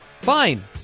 Fine